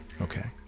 okay